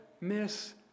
miss